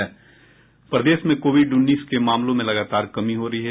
प्रदेश में कोविड उन्नीस के मामलों में लगातार कमी हो रही है